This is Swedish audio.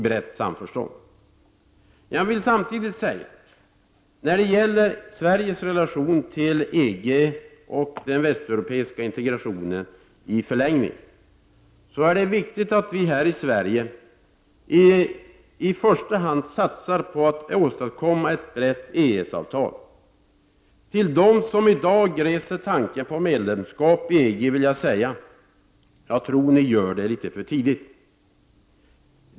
Men samtidigt vill jag säga när det gäller Sveriges relation till EG och den västeuropeiska integrationen i ett längre perspektiv att det är viktigt att vi här i Sverige i första hand satsar på att åstadkomma ett brett EES-avtal. Till dem som i dag reser tanken på medlemskap i EG vill jag säga: Jag tror att ni gör det litet för tidigt.